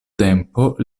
tempo